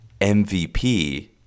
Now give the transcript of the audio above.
MVP